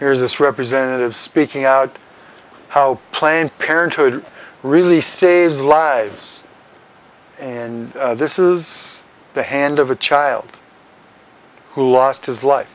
here's this representative speaking out how planned parenthood really saves lives and this is the hand of a child who lost his life